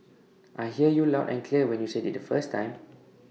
I heard you loud and clear when you said IT the first time